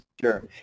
Sure